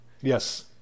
Yes